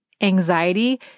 anxiety